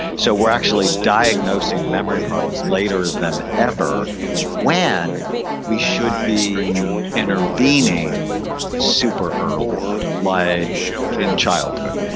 so we're actually diagnosing memory problems later than ever when we should be intervening super early like in childhood,